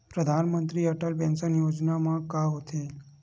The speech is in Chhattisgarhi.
परधानमंतरी अटल पेंशन योजना मा का होथे?